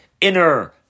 inner